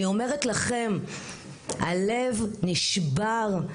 הלב נשבר.